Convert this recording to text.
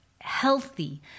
healthy